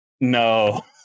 no